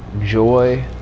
joy